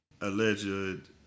alleged